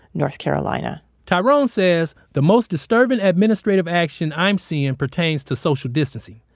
north carolina tyrone says, the most disturbing administrative action i'm seeing pertains to social distancing.